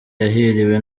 yahiriwe